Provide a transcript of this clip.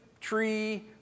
tree